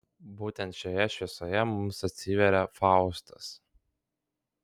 būtent šioje šviesoje mums atsiveria faustas